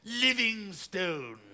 Livingstone